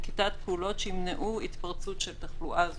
לנקיטת פעולות שימנעו התפרצות של תחלואה.